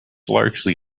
largely